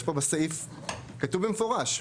כתוב במפורש,